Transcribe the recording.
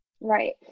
right